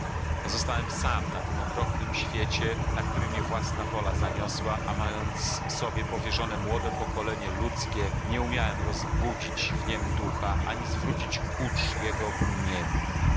zostałem sam na tym okropnym świecie na który mnie własna wola zaniosła a mając sobie powierzone młode pokolenie ludzkie nie umiałem rozbudzić w niem ducha ani zwrócić ócz jego ku niebu